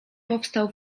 powstał